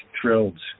thrilled